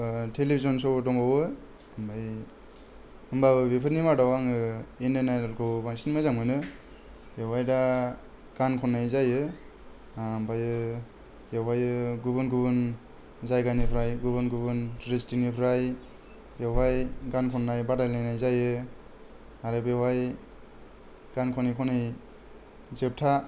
television स' दंबावो होनबाबो बेफोरनि मादाव आङो इण्डियान आइडलखौ बांसिन मोजां मोनो बेवहाय दा गान खननाय जायो ओमफ्रायो बेवहाय गुबुन गुबुन जायगानिफ्राय गुबुन गुबुन दिसट्रिक्टनिफ्राय बेवहाय गान खननाय बादायलायनाय जायो आरो बेवहाय गान खनै खनै जोबथा